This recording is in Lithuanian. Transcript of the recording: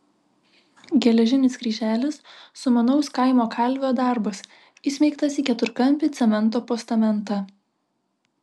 geležinis kryželis sumanaus kaimo kalvio darbas įsmeigtas į keturkampį cemento postamentą